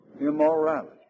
immorality